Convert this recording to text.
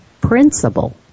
principle